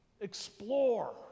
explore